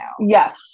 Yes